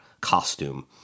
costume